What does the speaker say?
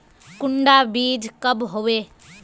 कुंडा बीज कब होबे?